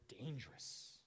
dangerous